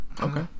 okay